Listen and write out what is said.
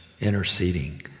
interceding